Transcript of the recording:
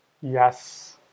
Yes